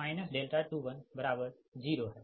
अब यह वाली 12 2100 है